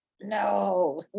no